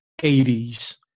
80s